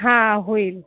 हां होईल